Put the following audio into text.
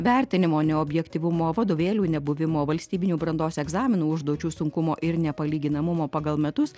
vertinimo neobjektyvumo vadovėlių nebuvimo valstybinių brandos egzaminų užduočių sunkumo ir ne palyginamumo pagal metus